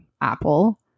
Apple